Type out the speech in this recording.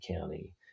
County